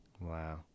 wow